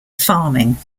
farming